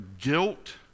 guilt